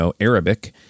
Arabic